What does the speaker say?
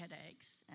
headaches